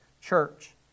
church